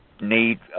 need